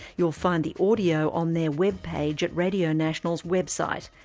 you'll find the audio on their web page at radio national's website.